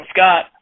Scott